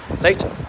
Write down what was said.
later